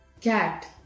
Cat